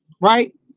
right